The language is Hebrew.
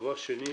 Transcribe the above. דבר שני,